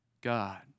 God